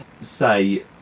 say